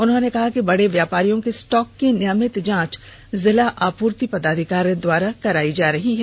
उन्होंने कहा कि बड़े व्यापारियों के स्टॉक की नियमित जाँच जिला आपूर्ति पदाधिकारी द्वारा कराई जा रही है